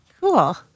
Cool